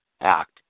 act